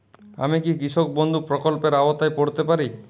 আমি কি কৃষক বন্ধু প্রকল্পের আওতায় পড়তে পারি?